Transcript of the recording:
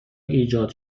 ایجاد